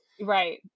Right